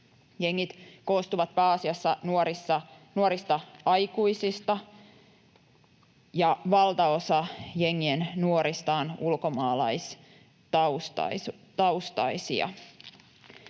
Jengit koostuvat pääasiassa nuorista aikuisista, ja valtaosa jengien nuorista on ulkomaalaistaustaisia.